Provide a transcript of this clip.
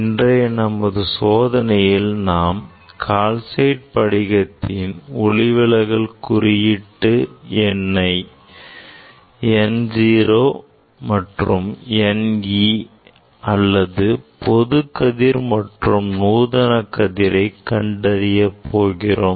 இன்றைய நமது சோதனையில் நாம் கால்சைட் படிகத்தின் ஒளிவிலகல் குறியீட்டு எண்ணை n o and n e அல்லது பொதுக் கதிர் மற்றும் நூதன கதிரை கண்டறிய போகிறோம்